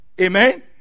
Amen